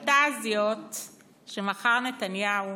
אתמול הפנטזיות שמכר נתניהו,